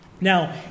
Now